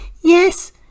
Yes